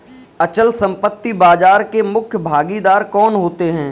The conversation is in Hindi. अचल संपत्ति बाजार के मुख्य भागीदार कौन होते हैं?